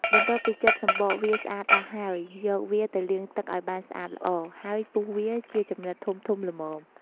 បន្ទាប់ពីចិតសំបកវាស្អាតអស់ហើយ យកវាទៅលាងទឹកឱ្យបានស្អាតល្អ ហើយពុះវាជាចំណិតធំៗល្មម។